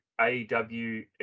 AEW